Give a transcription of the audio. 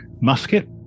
musket